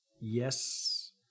yes